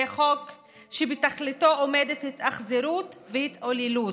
זה חוק שבתכליתו עומדות התאכזרות והתעללות,